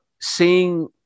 seeing